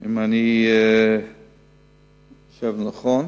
אם אני מחשב נכון,